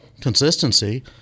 consistency